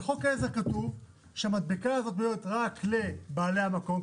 בחוק העזר כתוב שהמדבקה הזאת בנויה רק לבעלי המקום,